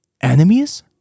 enemies